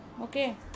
Okay